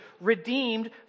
redeemed